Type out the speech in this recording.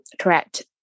correct